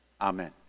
Amen